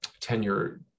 tenure